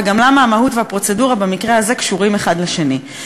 וגם למה המהות והפרוצדורה במקרה הזה קשורות אחת לשנייה.